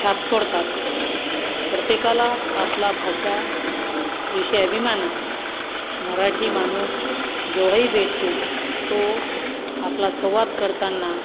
छाप सोडतात प्रत्येकाला आपला भाषा विषय अभिमान असतो मराठी माणूस जेव्हाही भेटतो तो आपला संवाद करताना